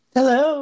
Hello